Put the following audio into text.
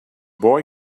boy